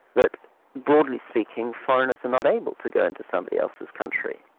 but broadly speaking, foreigners are not able to go into somebody else's country,